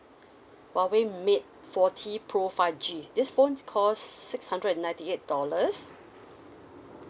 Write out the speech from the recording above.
Huawei mate forty pro five G this phone cost six hundred and ninety eight dollars